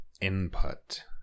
input